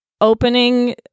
opening